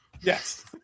Yes